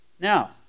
Now